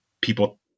people